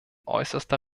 äußerster